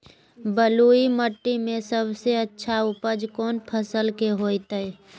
बलुई मिट्टी में सबसे अच्छा उपज कौन फसल के होतय?